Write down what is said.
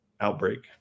outbreak